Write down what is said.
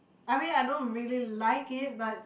I mean I don't really like it but